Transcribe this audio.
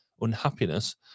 unhappiness